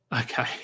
Okay